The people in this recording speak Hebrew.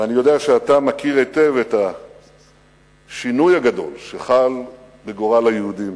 ואני יודע שאתה מכיר היטב את השינוי הגדול שחל בגורל היהודים.